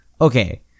okay